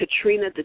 Katrina